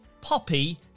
Poppy